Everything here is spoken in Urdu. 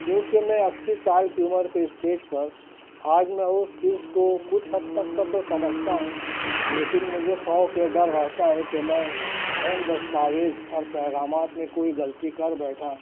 کیونکہ میں اسی سال کی عمر کے اسٹیج پر آج میں اس چیز کو کچھ حد تک کا تو سمجھتا ہوں لیکن مجھے خوف یا ڈر رہتا ہے کہ میں اہم دستاویز اور پیغامات میں کوئی غلطی کر بیٹھا